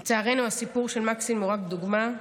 לצערנו, הסיפור של מקסים הוא רק דוגמה.